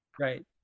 Right